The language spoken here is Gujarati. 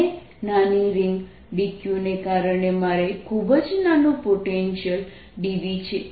અને નાની રિંગ dQ ને કારણે મારે ખૂબ જ નાનું પોટેન્શિયલ dv છે